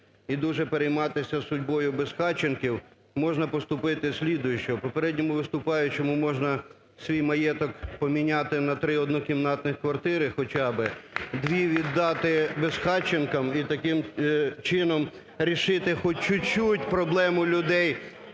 і дуже перейматися судьбою безхатченків, можна поступити слідуюче. Попередньому виступаючому можна свій маєток поміняти на три однокімнатних квартири хоча би. Дві віддати безхатченкам і таким чином рішити хоч чуть-чуть проблему людей.